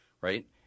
right